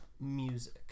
music